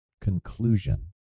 conclusion